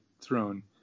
throne